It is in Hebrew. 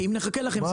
כי אם נחכה לכם,